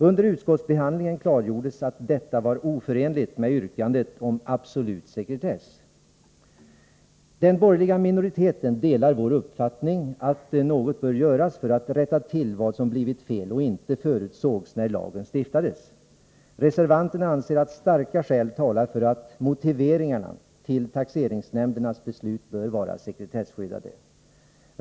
Under utskottsbehandlingen klargjordes att detta var oförenligt med yrkandet om absolut sekretess. Den borgerliga minoriteten delar dock vår uppfattning att något bör göras för att rätta till vad som blivit fel och inte förutsågs när lagen stiftades. Reservanterna anser att starka skäl talar för att motiveringarna till taxeringsnämndernas beslut bör vara sekretesskyddade.